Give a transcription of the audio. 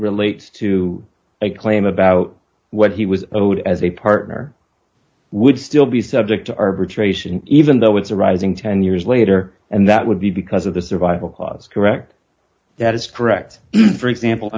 relates to a claim about what he was old as a partner would still be subject to arbitration even though it's arising ten years later and that would be because of the survival clause correct that is correct for example